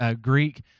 Greek